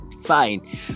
fine